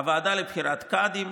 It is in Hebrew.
"הוועדה לבחירת קאדים,